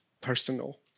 personal